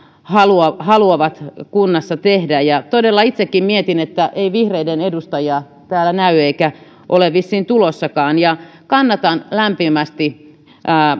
haluavat kunnassa tehdä todella itsekin mietin että ei vihreiden edustajia täällä näy eikä ole vissiin tulossakaan kannatan lämpimästi